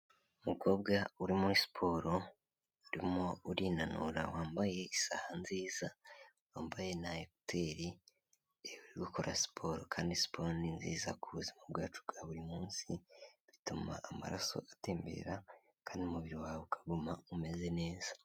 Umukobwa uri muri siporo urimo urinanura wambaye isaha nziza wambaye na ekuteri urigukora siporo kandi siporo ni nziza ku buzima bwacu bwa buri munsi, bituma amaraso atembera kandi umubiri wawe ukaguma umeze neza.